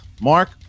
Mark